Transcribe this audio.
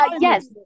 yes